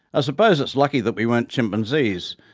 ah suppose it's lucky that we weren't chimpanzees,